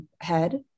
head